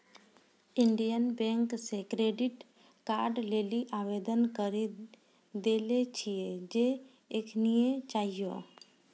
Indian bank से credit card लेली आवेदन करी देले छिए जे एखनीये चाहियो